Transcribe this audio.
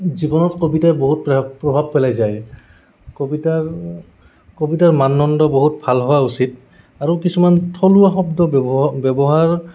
জীৱনত কবিতাই বহুত প্ৰভাৱ প্ৰভাৱ পেলাই যায় কবিতাৰ কবিতাৰ মানদণ্ড বহুত ভাল হোৱা উচিত আৰু কিছুমান থলুৱা শব্দ ব্যৱহাৰ ব্যৱহাৰ